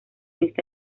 esta